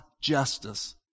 justice